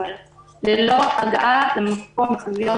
זאת אומרת, ללא הגעה למקום החנויות